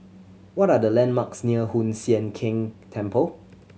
what are the landmarks near Hoon Sian Keng Temple